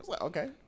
Okay